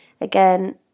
again